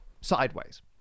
Sideways